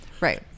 right